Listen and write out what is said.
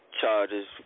charges